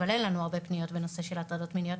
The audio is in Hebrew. אבל אין לנו הרבה פניות שנושא של הטרדות מיניות.